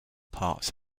parts